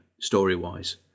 story-wise